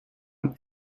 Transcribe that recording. een